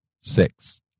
Six